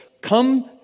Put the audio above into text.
Come